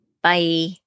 Bye